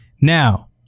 Now